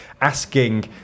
Asking